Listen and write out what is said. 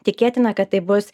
tikėtina kad tai bus